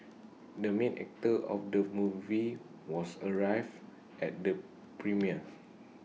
the main actor of the movie was arrived at the premiere